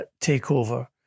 Takeover